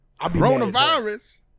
coronavirus